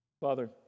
Father